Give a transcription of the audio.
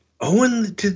Owen